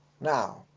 now